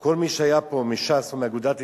שכל מי שהיה פה מש"ס, או מאגודת ישראל,